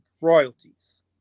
royalties